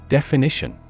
Definition